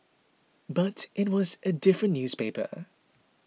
but it was a different newspaper